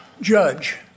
Judge